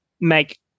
make